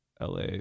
la